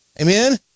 Amen